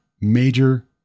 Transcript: major